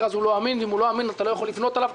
אז הוא לא אמין; ואם הוא לא אמין אתה לא יכול לפנות אליו,